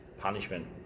punishment